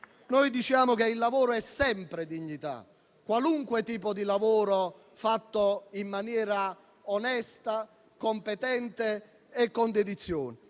Noi diciamo che il lavoro, qualunque tipo di lavoro fatto in maniera onesta, competente e con dedizione,